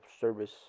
service